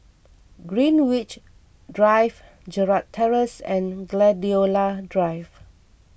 Greenwich Drive Gerald Terrace and Gladiola Drive